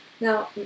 now